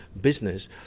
business